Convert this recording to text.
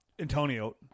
Antonio